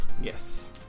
Yes